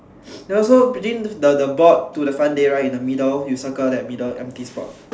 there also within the the board to the fun day right in the middle you circle that middle empty spot